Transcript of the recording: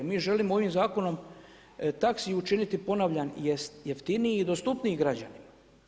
Mi želimo ovim zakonom taksi učiniti, ponavljam, jeftiniji i dostupniji građanima.